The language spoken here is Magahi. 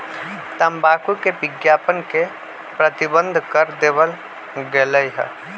तंबाकू के विज्ञापन के प्रतिबंध कर देवल गयले है